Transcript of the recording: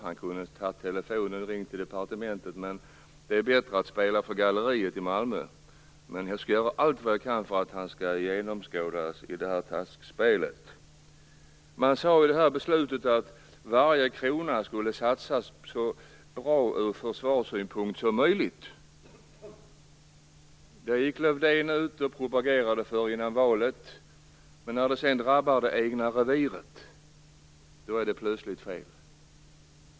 Han kunde ha ringt till departementet men tycker att det är bättre att spela för galleriet i Malmö. Jag skall dock göra allt jag kan för att han skall genomskådas i detta taskspel. I beslutet sades att varje krona skulle satsas så bra som möjligt ur försvarssynpunkt. Det gick Lövdén ut och propagerade för före valet, men när det sedan drabbar det egna reviret är det plötsligt fel.